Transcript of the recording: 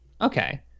Okay